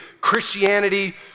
Christianity